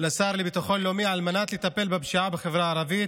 לשר לביטחון לאומי כדי לטפל בפשיעה בחברה הערבית,